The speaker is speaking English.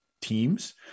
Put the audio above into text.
teams